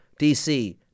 DC